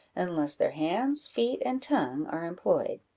unless their hands, feet, and tongue are employed,